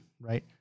right